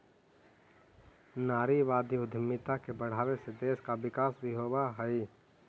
नारीवादी उद्यमिता के बढ़ावे से देश का विकास भी होवअ हई